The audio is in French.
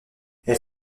elle